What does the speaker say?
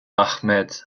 ahmed